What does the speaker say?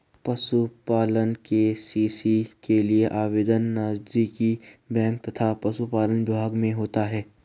पशुपालन के.सी.सी के लिए आवेदन नजदीकी बैंक तथा पशुपालन विभाग में होता है